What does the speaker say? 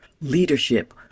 leadership